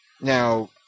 Now